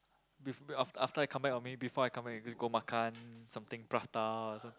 beef after after I come back or maybe before I come back we just go makan something prata so